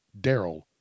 Daryl